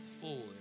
forward